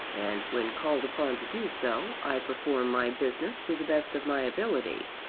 and when called upon to do so, i perform my business to the best of my ability.